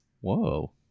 Whoa